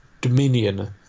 Dominion